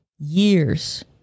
Years